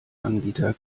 anbieter